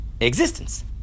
existence